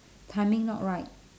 timing not right